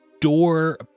Door